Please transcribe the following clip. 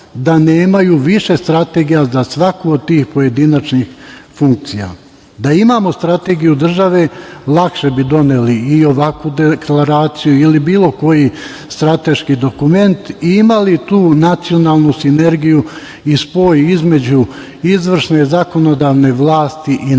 da nemaju više strategija, ali da za svaku od tih pojedinačnih funkcija. Da imamo strategiju države lakše bi doneli i ovakvu deklaraciju ili bilo koji strateški dokument i imali tu nacionalnu sinergiju i spoj između izvršne, zakonodavne vlasti i naroda.